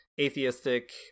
atheistic